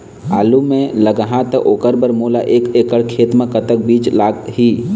आलू मे लगाहा त ओकर बर मोला एक एकड़ खेत मे कतक बीज लाग ही?